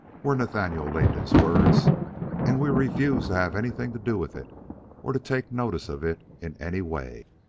were nathaniel letton's words and we refuse to have anything to do with it or to take notice of it in any way.